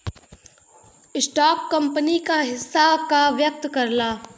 stock company क हिस्सा का व्यक्त करला